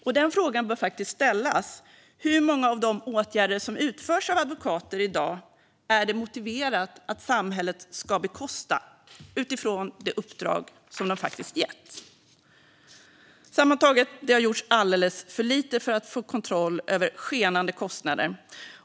Och den frågan bör faktiskt ställas: Hur många av de åtgärder som utförs av advokater i dag är det motiverat att samhället ska bekosta utifrån det uppdrag som de faktiskt getts? Sammantaget: Det har gjorts alldeles för lite för att få kontroll över skenande kostnader.